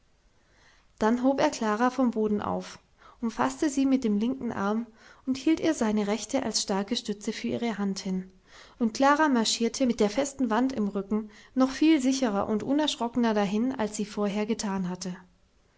dann hob er klara vom boden auf umfaßte sie mit dem linken arm und hielt ihr seine rechte als starke stütze für ihre hand hin und klara marschierte mit der festen wand im rücken noch viel sicherer und unerschrockener dahin als sie vorher getan hatte